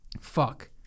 Fuck